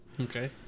Okay